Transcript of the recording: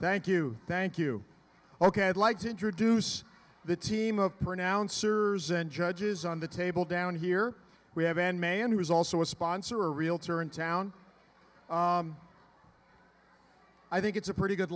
thank you thank you ok i'd like to introduce the team of pronouncers and judges on the table down here we have an man who is also a sponsor a realtor in town i think it's a pretty good